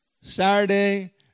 Saturday